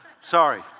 Sorry